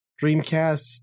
dreamcast